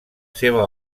seva